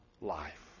life